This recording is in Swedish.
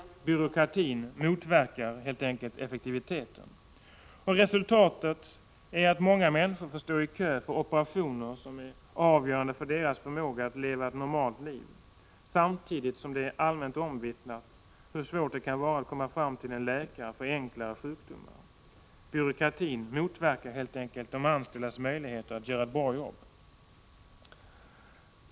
Byråkratin motverkar helt enkelt effektiviteten. Resultatet är att många människor får stå i kö för operationer som är avgörande för deras förmåga att leva ett normalt liv. Samtidigt är det allmänt omvittnat hur svårt det kan vara att komma fram till läkare för enklare sjukdomar. Byråkratin motverkar helt enkelt de anställdas möjligheter att göra ett bra jobb.